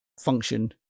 function